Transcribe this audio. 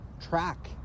track